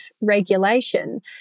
regulation